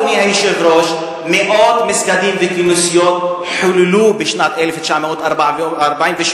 אדוני היושב-ראש: מאות מסגדים וכנסיות חוללו בשנת 1948,